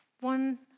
One